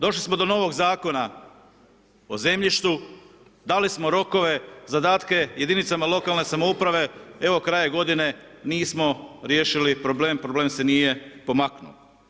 Došli smo do novog Zakona o zemljištu, dali smo rokove, zadatke jedinicama lokalne samouprave, evo kraj je godine, nismo riješili problem, problem se nije pomaknuo.